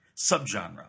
subgenre